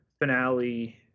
finale